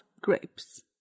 grapes